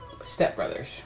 Stepbrothers